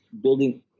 building